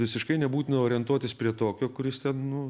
visiškai nebūtina orientuotis prie tokio kuris ten nu